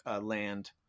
land